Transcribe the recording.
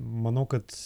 manau kad